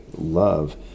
love